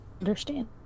understand